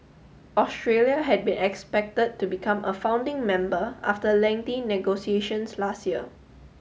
Australia had been expected to become a founding member after lengthy negotiations last year